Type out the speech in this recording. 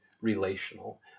relational